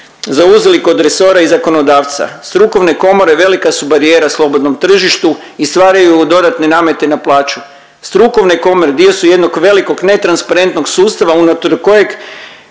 zauzeli kod resora i zakonodavca. Strukovne komore velika su barijera slobodnom tržištu i stvaraju dodatne namete na plaću. Strukovne komore dio su jednog veliko netransparentnog sustava unutar kojeg